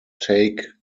take